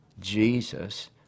Jesus